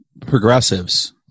progressives